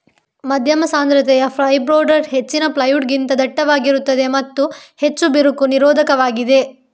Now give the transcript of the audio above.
ಮಧ್ಯಮ ಸಾಂದ್ರತೆಯ ಫೈರ್ಬೋರ್ಡ್ ಹೆಚ್ಚಿನ ಪ್ಲೈವುಡ್ ಗಿಂತ ದಟ್ಟವಾಗಿರುತ್ತದೆ ಮತ್ತು ಹೆಚ್ಚು ಬಿರುಕು ನಿರೋಧಕವಾಗಿದೆ